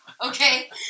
Okay